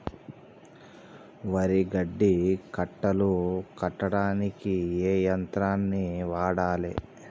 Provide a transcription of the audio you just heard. వరి గడ్డి కట్టలు కట్టడానికి ఏ యంత్రాన్ని వాడాలే?